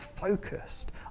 focused